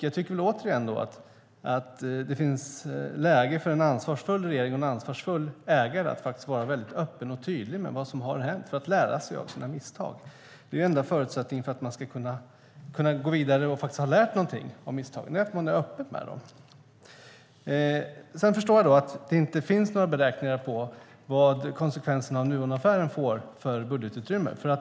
Jag tycker återigen att det är läge för en ansvarsfull regering och en ansvarsfull ägare att vara mycket öppen och tydlig med vad som har hänt för att man ska kunna lära sig av sina misstag. Den enda förutsättningen för att man ska kunna gå vidare och lära sig någonting av misstagen är att man är öppen med dem. Jag förstår att det inte finns några beräkningar av vilka konsekvenser Nuonaffären får för budgetutrymmet.